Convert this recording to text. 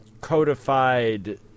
codified